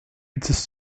its